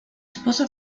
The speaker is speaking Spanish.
esposa